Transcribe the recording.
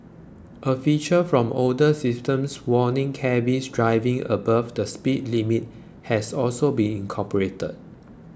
a feature from older systems warning cabbies driving above the speed limit has also been incorporated